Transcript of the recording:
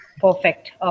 Perfect